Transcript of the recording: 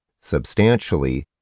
substantially